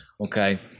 Okay